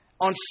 On